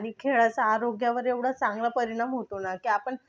आणि खेळाचा आरोग्यावर एवढा चांगला परिणाम होतो ना की आपण